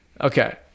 okay